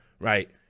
right